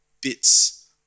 bits